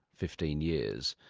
fifteen years,